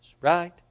right